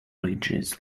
ridges